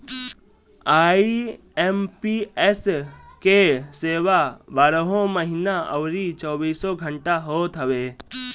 IMPS के सेवा बारहों महिना अउरी चौबीसों घंटा होत हवे